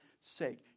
sake